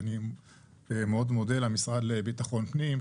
אני מאוד מודה למשרד לביטחון פנים,